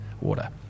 water